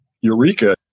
Eureka